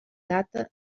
data